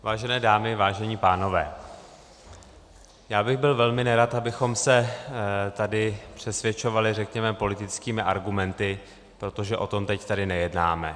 Vážené dámy, vážení pánové, já bych byl velmi nerad, abychom se tady přesvědčovali politickými argumenty, protože o tom teď tady nejednáme.